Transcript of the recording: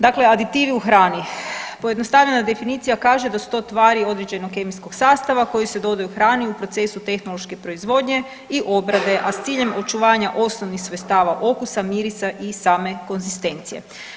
Dakle, aditivi u hrani, pojednostavljena definicija kaže da su to tvari određenog kemijskog sastava koji se dodaju hrani u procesu tehnološke proizvodnje i obrade, a s ciljem očuvanja osnovnih sredstava okusa, mirisa i same konzistencije.